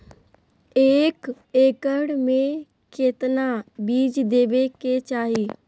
एक एकड़ मे केतना बीज देवे के चाहि?